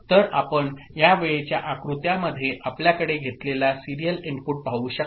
तर आपण या वेळेच्या आकृत्यामध्ये आपल्याकडे घेतलेला सीरियल इनपुट पाहू शकता